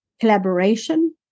collaboration